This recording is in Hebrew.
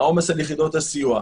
העומס על יחידות הסיוע.